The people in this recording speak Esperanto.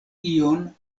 ion